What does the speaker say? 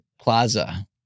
Plaza